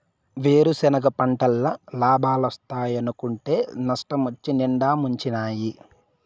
వేరుసెనగ పంటల్ల లాబాలోస్తాయనుకుంటే నష్టమొచ్చి నిండా ముంచినాయి